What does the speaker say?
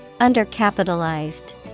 Undercapitalized